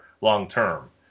long-term